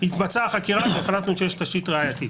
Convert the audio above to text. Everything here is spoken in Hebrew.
שהתבצעה חקירה והחלטנו שיש תשתית ראייתית.